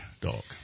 dog